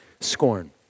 scorn